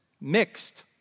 mixed